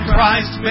Christ